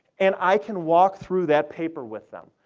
and i can walk through that paper with them.